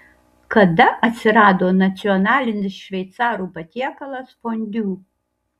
kada atsirado nacionalinis šveicarų patiekalas fondiu